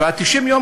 ו-90 יום,